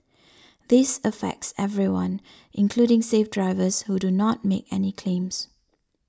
this affects everyone including safe drivers who do not make any claims